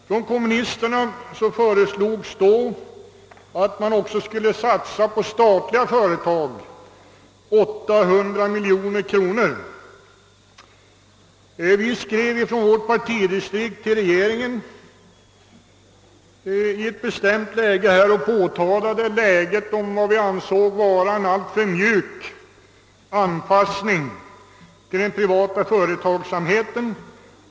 Från kommunistiskt håll har föreslagits att staten skulle satsa 800 miljoner kronor på statliga företag. Från vårt partidistrikt skrev vi till regeringen och påtalade vad vi i det dåvarande läget ansåg vara en alltför mjuk anpassning till den privata företagsamheten.